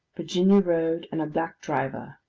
virginia road, and a black driver.